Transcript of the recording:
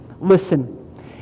Listen